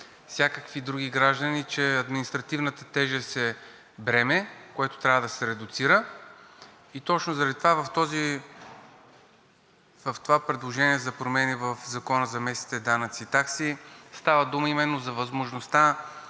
всякакви други граждани, че административната тежест е бреме, което трябва да се редуцира, и точно заради това в това предложение за промени в Закона за местните данъци и такси става дума именно за възможността